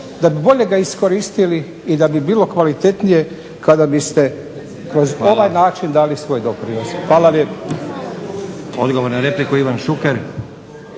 da bi bolje ga iskoristili i da bi bilo kvalitetnije kada biste kroz ovaj način dali svoj doprinos. Hvala lijepa.